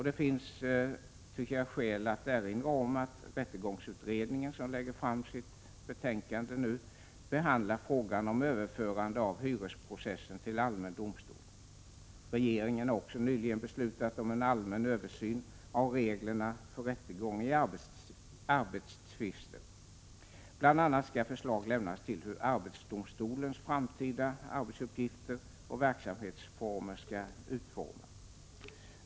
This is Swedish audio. Det finns, tycker jag, skäl att erinra om att rättegångsutredningen, som lägger fram ett betänkande i vår, behandlar frågan om överförande av hyresprocessen till allmän domstol. Regeringen har också nyligen beslutat om en allmän översyn av reglerna för rättegång i arbetstvister. Bl.a. skall förslag lämnas om hur arbetsdomstolens framtida arbetsuppgifter och verksamhetsformer skall utformas.